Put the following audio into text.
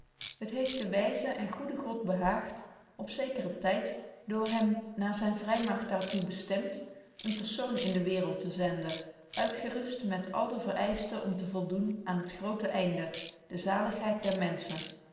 het heeft den wyzen en goeden god behaagt op zekeren tyd door hem naar zyne vrymagt daar toe bestemt eenen persoon in de waereld te zenden uitgerust met alle de verëischtens om te voldoen aan het groote einde de zaligheid der menschen